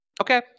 okay